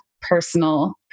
personal